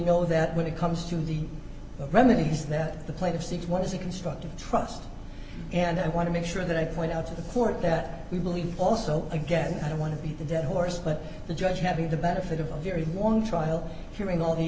know that when it comes to the remedies that the plaintiffs each one is a constructive trust and i want to make sure that i point out to the court that we believe also again i don't want to be the dead horse but the judge having the benefit of a very long trial hearing all the